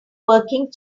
working